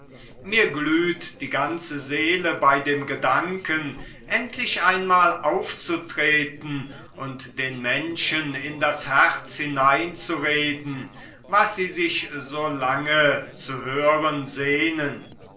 mir glüht die ganze seele bei dem gedanken endlich einmal aufzutreten und den menschen in das herz hineinzureden was sie sich so lange zu hören sehnten